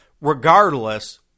Regardless